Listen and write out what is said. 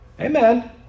Amen